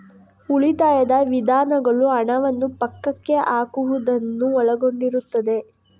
ಉಳಿತಾಯದ ವಿಧಾನಗಳು ಹಣವನ್ನು ಪಕ್ಕಕ್ಕೆ ಹಾಕುವುದನ್ನು ಒಳಗೊಂಡಿರುತ್ತದೆ